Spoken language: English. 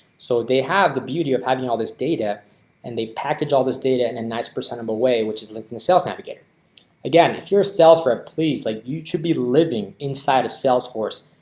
so they have the beauty of having all this data and they package all this data and a and nice percent of a way which is linking the sales navigator again, if your sales rep, please like you should be living inside of salesforce.